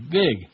big